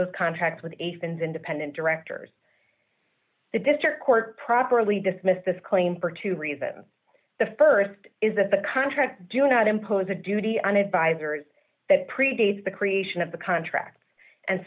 those contracts with a friend's independent directors the district court properly dismissed this claim for two reasons the st is that the contract do not impose a duty on advisors that pre dates the creation of the contract and